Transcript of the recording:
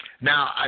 Now